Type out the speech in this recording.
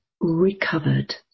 recovered